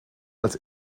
als